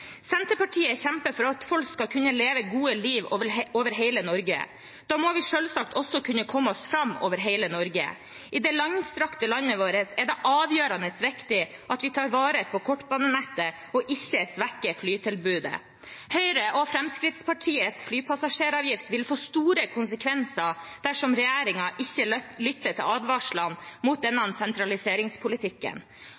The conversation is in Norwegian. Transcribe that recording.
Senterpartiet kjemper for at folk skal kunne leve gode liv over hele Norge. Da må vi selvsagt også kunne komme oss fram over hele Norge. I det langstrakte landet vårt er det avgjørende viktig at vi tar vare på kortbanenettet og ikke svekker flytilbudet. Høyre og Fremskrittspartiets flypassasjeravgift vil få store konsekvenser dersom regjeringen ikke lytter til advarslene mot denne